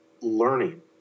learning